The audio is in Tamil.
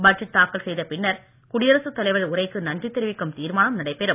பட்ஜெட் தாக்கல் செய்த பின்னர் குடியரசு தலைவர் உரைக்கு நன்றி தெரிவிக்கும் தீர்மானம் நடைபெறும்